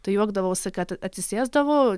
tai juokdavausi kad atsisėsdavau